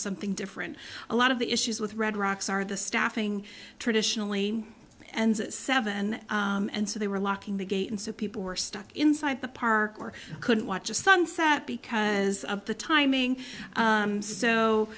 something different a lot of the issues with red rocks are the staffing traditionally and seven and so they were locking the gate and so people were stuck inside the park or couldn't watch a sunset because of the timing